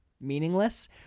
meaningless